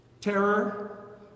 Terror